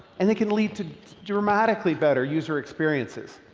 and they can lead to dramatically better user experiences.